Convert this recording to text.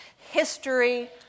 History